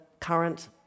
current